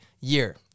year